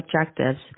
objectives